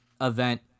event